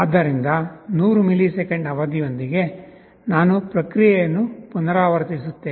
ಆದ್ದರಿಂದ 100 ಮಿಲಿಸೆಕೆಂಡ್ ಅವಧಿಯೊಂದಿಗೆ ನಾನು ಪ್ರಕ್ರಿಯೆಯನ್ನು ಪುನರಾವರ್ತಿಸುತ್ತೇನೆ